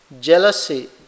jealousy